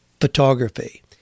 photography